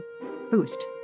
boost